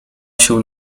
się